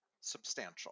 substantial